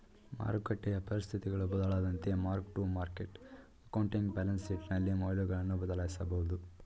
ಮಾರಕಟ್ಟೆಯ ಪರಿಸ್ಥಿತಿಗಳು ಬದಲಾದಂತೆ mark to market accounting balance ಶೀಟ್ನಲ್ಲಿ ಮೌಲ್ಯಗಳನ್ನು ಬದಲಾಯಿಸಬಹುದು